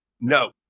No